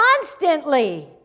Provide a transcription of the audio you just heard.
constantly